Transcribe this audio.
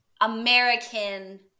American